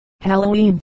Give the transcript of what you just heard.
Halloween